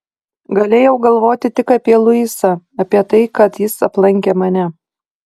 galėjau galvoti tik apie luisą apie tai kad jis aplankė mane